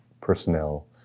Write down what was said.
personnel